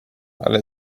ale